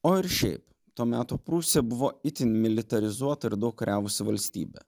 o ir šiaip to meto prūsija buvo itin militarizuota ir daug kariavusi valstybė